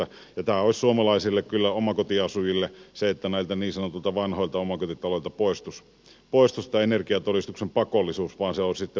tämä olisi suomalaisille omakotiasujille se että näiltä niin sanotuilta vanhoilta omakotitaloilta poistuisi tämän energiatodistuksen pakollisuus ja se olisi sitten vapaaehtoinen